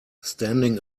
standing